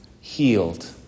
healed